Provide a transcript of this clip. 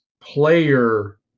player